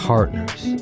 Partners